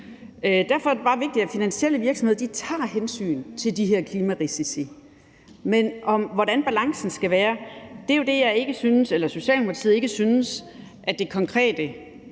Derfor er det bare vigtigt, at finansielle virksomheder tager hensyn til de her klimarisici, men hvordan balancen skal være, er jo det, Socialdemokratiet ikke synes det konkrete